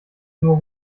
nur